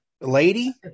Lady